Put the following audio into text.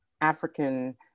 African